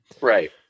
Right